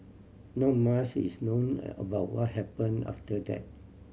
not mush is known about what happen after that